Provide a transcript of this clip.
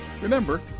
Remember